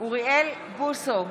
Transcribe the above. אוריאל בוסו,